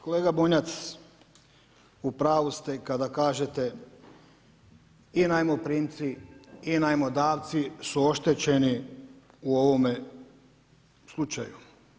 Kolega Bunjac, u pravu ste kada kažete i najmoprimci i najmodavci su oštećeni u ovome slučaju.